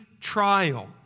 trial